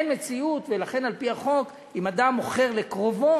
אין מציאות, ולכן על-פי החוק, אם אדם מוכר לקרובו,